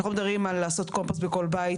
אנחנו לא מדברים על לעשות קומפוסט בכל בית,